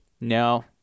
No